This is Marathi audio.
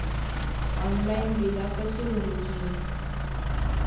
ऑनलाइन बिला कशी भरूची?